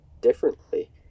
differently